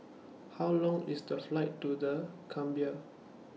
How Long IS The Flight to The Gambia